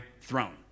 throne